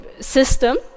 system